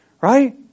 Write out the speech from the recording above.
Right